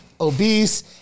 obese